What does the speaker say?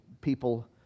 people